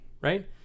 right